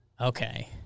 Okay